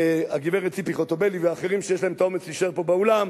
הגברת ציפי חוטובלי ואחרים שיש להם האומץ להישאר פה באולם,